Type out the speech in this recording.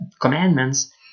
commandments